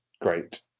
great